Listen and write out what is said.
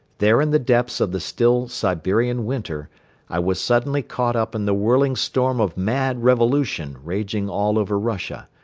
there in the depths of the still siberian winter i was suddenly caught up in the whirling storm of mad revolution raging all over russia,